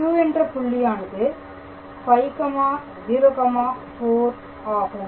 Q என்ற புள்ளியானது 504 ஆகும்